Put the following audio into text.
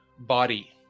Body